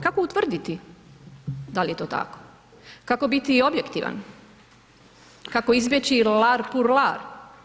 Kako utvrditi da li je to tako, kako biti objektivan, kako izbjeći lart pour lart?